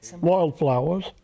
wildflowers